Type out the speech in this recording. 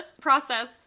process